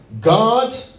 God